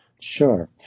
Sure